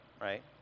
right